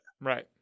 Right